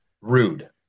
rude